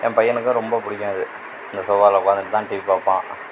என் பையனுக்கும் ரொம்ப பிடிக்கும் அது இந்த சோபாவில் உக்காந்துட்டுதான் டிவி பார்ப்பான்